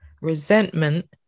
resentment